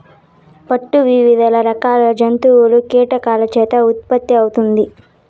పట్టు వివిధ రకాల జంతువులు, కీటకాల చేత ఉత్పత్తి అవుతుంది